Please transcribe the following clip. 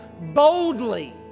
boldly